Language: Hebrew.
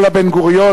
פולה בן-גוריון,